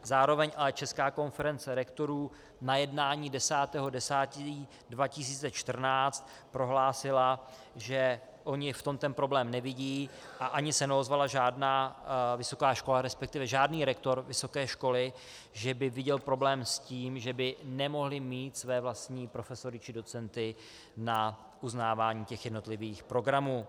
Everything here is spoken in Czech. Zároveň ale Česká konference rektorů na jednání 10. 10. 2014 prohlásila, že oni v tom ten problém nevidí, a ani se neozvala žádná vysoká škola, resp. žádný rektor vysoké školy, že by viděl problém v tom, že by nemohli mít své vlastní profesory či docenty na uznávání jednotlivých programů.